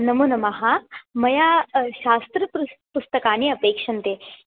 नमोनमः मया शास्त्रपुस्तकानि अपेक्षन्ते